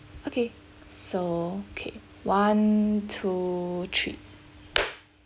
okay so K one two three